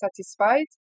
satisfied